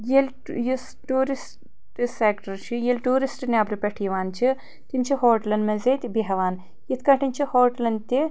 ییٚلہِ یُس tourist sector چھُ ییٚلہِ ٹیورسٹ نٮ۪برٕ پٮ۪ٹھ یِوان چھِ تِم چھِ ہوٹلن منٛز یتہِ بیہوان یتھ کٲٹھۍ چھِ ہوٹلن تہِ